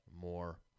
more